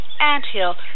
anthill